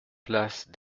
place